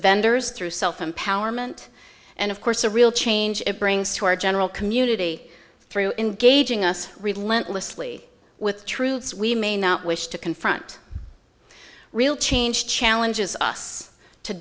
vendors through self empowerment and of course a real change it brings to our general community through engaging us read lentulus li with truths we may not wish to confront real change challenges us to